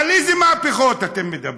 על איזה מהפכות אתם מדברים?